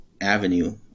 avenue